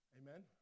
Amen